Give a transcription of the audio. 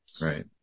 Right